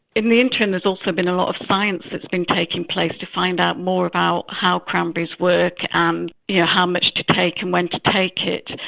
in the interim there's also been a lot of science that's been taking place to find out more about how cranberries work and um yeah how much to take and when to take it.